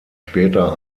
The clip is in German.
später